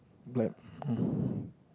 like